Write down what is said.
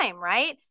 right